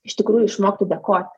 iš tikrųjų išmokti dėkoti